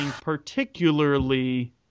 particularly